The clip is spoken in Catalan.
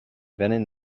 vénen